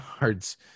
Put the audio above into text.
yards